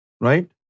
right